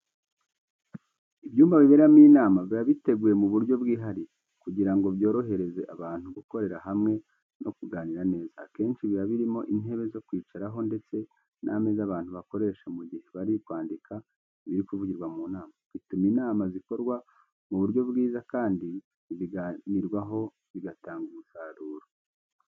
Ibyumba biberamo inama biba biteguye mu buryo bwihariye, kugira ngo byorohereze abantu gukorera hamwe no kuganira neza. Akenshi biba birimo intebe zo kwicaraho ndetse n'ameza abantu bakoresha mu gihe bari kwandika ibiri kuvugirwa mu nama, bituma inama zikorwa mu buryo bwiza, kandi ibiganirwaho bigatanga umusaruro.